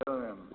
एवमेवम्